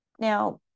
Now